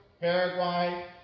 Paraguay